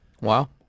Wow